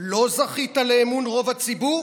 לא זכית לאמון רוב הציבור,